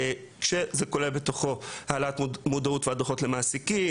כשזה כולל בתוכו העלאת מודעות והדרכות למעסיקים,